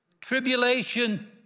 tribulation